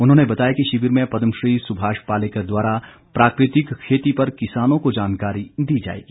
उन्होंने बताया कि शिविर में पदमश्री सुभाष पालेकर द्वारा प्राकृतिक खेती पर किसानों को जानकारी दी जाएगी